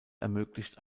ermöglicht